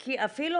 כי אפילו